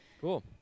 Cool